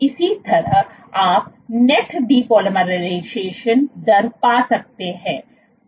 इसी तरह आप नेट डेपोलाइजेशन दर पा सकते हैं